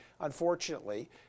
unfortunately